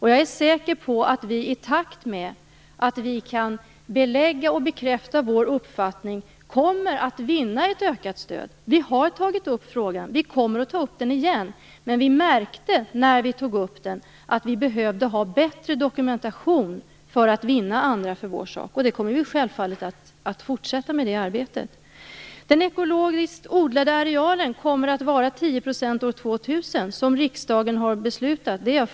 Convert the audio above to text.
Jag är säker att vi i takt med att vi kan belägga och bekräfta vår uppfattning kommer att vinna ett ökat stöd. Vi har tagit upp frågan, och vi kommer att ta upp den igen, men vi märkte när vi gjorde det att vi behövde en bättre dokumentation för att vinna andra för vår sak. Vi kommer självfallet att fortsätta med det arbetet. Jag är fullständigt övertygad om att den ekologiskt odlade arealen kommer att uppgå till 10 % år 2000, som riksdagen har beslutat.